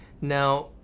Now